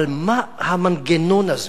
אבל מה המנגנון הזה